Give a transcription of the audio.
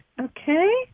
Okay